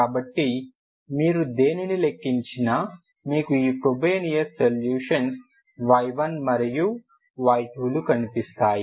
కాబట్టి మీరు దేనిని లెక్కించినా మీకు ఈ ఫ్ఫ్రోబేనియస్ సొల్యూషన్స్ y1మరియు y2లు కనిపిస్తాయి